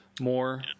more